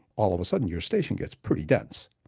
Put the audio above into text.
all of a sudden your station gets pretty dense.